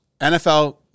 NFL